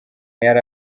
yari